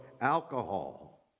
alcohol